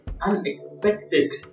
unexpected